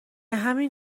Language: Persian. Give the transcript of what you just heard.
همین